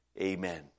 Amen